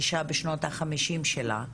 אישה בשנות ה-50 שלה,